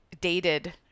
dated